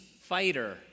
fighter